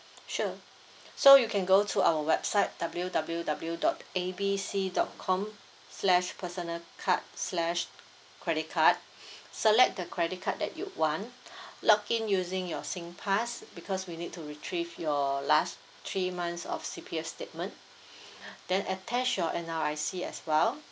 sure so you can go to our website W W W dot A B C dot com slash personal card slash credit card select the credit card that you want log in using your singpass because we need to retrieve your last three months of C_P_F statement then attach your N_R_I_C as well